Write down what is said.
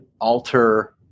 alter